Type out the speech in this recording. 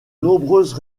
nombreuses